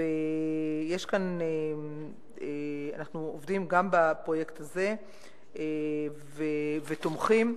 אנחנו עובדים גם בפרויקט הזה ותומכים.